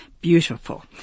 Beautiful